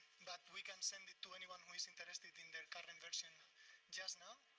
but we can send it to anyone who is interested in the current version just now.